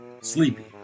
Sleepy